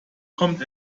kommt